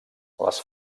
les